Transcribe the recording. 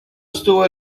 estuvo